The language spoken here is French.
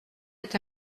est